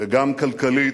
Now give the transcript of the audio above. גם כלכלית.